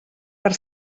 per